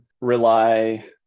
rely